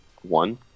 one